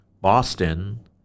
boston